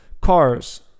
cars